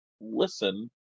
listen